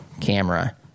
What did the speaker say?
camera